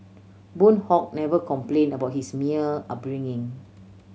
Boon Hock never complain about his upbringing